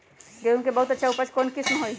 गेंहू के बहुत अच्छा उपज कौन किस्म होई?